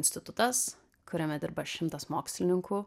institutas kuriame dirba šimtas mokslininkų